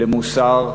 למוסר,